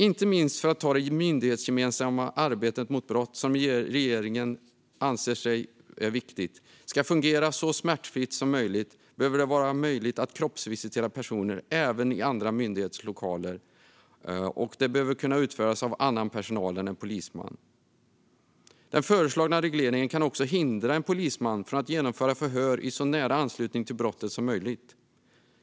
Inte minst för att det myndighetsgemensamma arbetet mot brott, som regeringen anser är viktigt, ska fungera så smärtfritt som möjligt behöver det vara möjligt att kroppsvisitera personer även i andra myndigheters lokaler. Och det behöver kunna utföras av annan personal än en polisman. Den föreslagna regleringen kan också hindra en polisman från att genomföra förhör i så nära anslutning till brottet som möjligt.